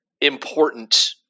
important